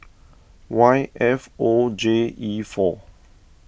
Y F O J E four